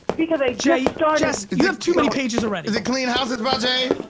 because i just ah just yeah have too many pages already. is it clean houses by jai?